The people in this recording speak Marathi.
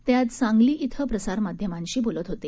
ते आज सांगली इथं प्रसारमाध्यमांशी बोलत होते